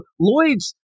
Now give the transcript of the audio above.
Lloyd's